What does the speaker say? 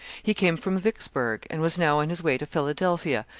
he came from vicksburgh, and was now on his way to philadelphia,